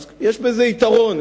אז יש בזה יתרון.